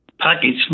package